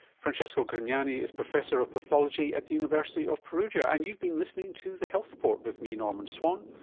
francesco grignani is professor of pathology at the university of perugia. and you've been listening to the health report with me, norman swan.